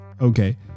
okay